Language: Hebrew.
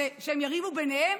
זה שהם יריבו ביניהם,